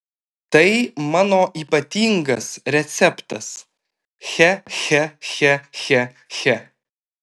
tai mano ypatingas receptas che che che che che